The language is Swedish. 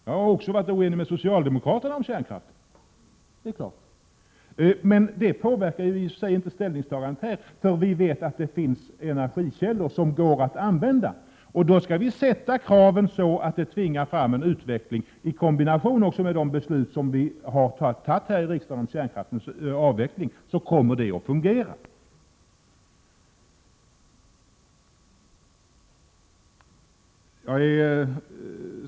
Jag har också varit oense med socialdemokraterna om kärnkraften. Det påverkar dock inte ställningstagandet här. Vi vet ju att det finns alternativa energikällor som går att använda. Vi skall därför ställa kraven så att de tillsammans med de beslut som riksdagen har fattat om kärnkraftens avveckling tvingar fram en utveckling i sådan riktning. Det kommer då att fungera.